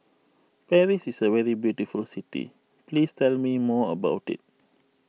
Paris is a very beautiful city please tell me more about it